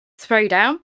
Throwdown